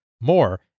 More